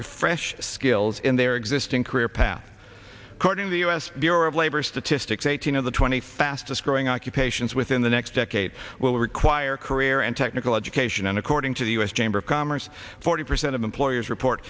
refresh skills in their existing career path according to the u s bureau of labor statistics eighteen of the twenty fastest growing occupations within the next decade will require career and technical education and according to the u s chamber of commerce forty percent of employers report